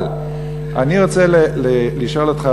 אבל אני רוצה לשאול אותך,